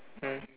mm